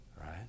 right